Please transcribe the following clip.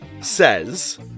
says